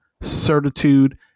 certitude